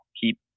keep